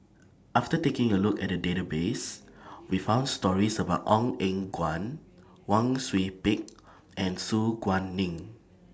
after taking A Look At The Database We found stories about Ong Eng Guan Wang Sui Pick and Su Guaning